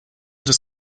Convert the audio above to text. das